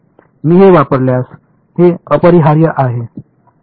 मी हे वापरल्यास हे अपरिहार्य आहे